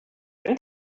when